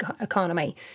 economy